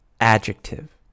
adjective